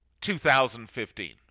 2015